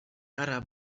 kara